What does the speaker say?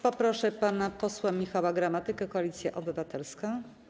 Poproszę pana posła Michała Gramatykę, Koalicja Obywatelska.